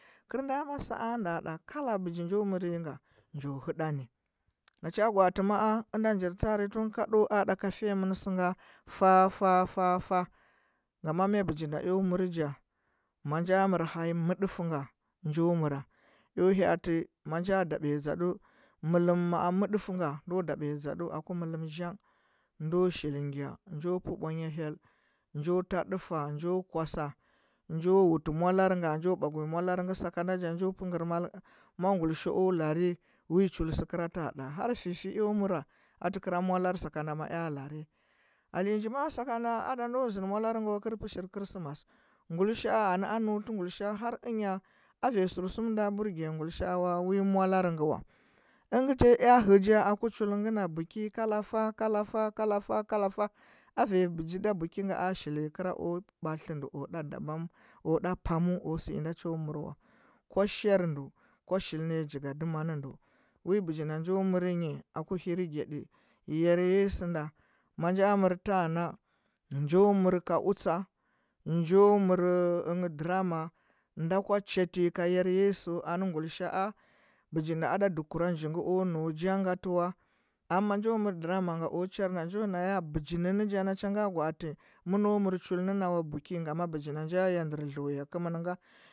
Kɚl ma sɚ a nda kala bɚgi njo mɚr nyi njo hɚnda nɚ mo cho gwaatɚ mo. a njir tun kandu a nda ka fiya mɚn sɚga fafafa nga mɚ bɚgi nda eo mɚrɚ nja ma nja mɚr hanyi mɚdɚfɚu nga njo mɚro eo hya a lɚ ma nja daɗɚ dzadu mɚllum zhang ndo shili gya njo pea bwanya hyel njo ta ndufa eo kasa njo wutu molarɚ nga njo mbwogu mdarɚ gɚ saka da ja eo pɚkɚr mal ma guilisha. a larɚ wi chul sɚ kɚra ta ɗa har feufeu eo mɚra aukɚra molarɚ sakada ma ea larɚ alenya nji ma. a sakanda ada do zɚndɚ mdarɚ ngɚ wa kɚl nda pishir chrismas gwlishara ana neu tɚ tɚ guilishare har tuya a vanyi sɚrsum da burgiya guilishaia wi molare ngɚ wa ɚngɚ tɚ ea hɚ ja aku chul ngɚ na bɚki kala fa kala fa kalafa ka’lafa a vanyi bɚgi da bɚki ngɚ a shili kɚla o batlɚkɚ ndɚ o nda band o ɗa pamu o sɚ inda cho mɚr wa kwa shar ndu shilna nyi jigadima nɚ ndu bɚgi nda njo mɚr nyi aku hirgyaɗi yar yesu nda a nja mar tang na njo mɚr ka wsa nju mɚrɚu drama nda kwa chata nyi photo yar yesu anɚ gulishara bɚgi da ada dukura nji ng o nau jaugatɚ wa amma majo mɚr drama ku nyi njo na ya bɚgi nɚ ja na cha ga gwa atɚ munu mɚr chul nɚ na buki mana bɚgi ja ya ndɚr dlɚuya kɚmɚn nga.